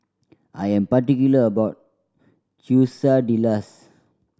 I am particular about Quesadillas